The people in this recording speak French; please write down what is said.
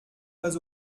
pas